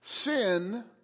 sin